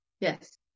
Yes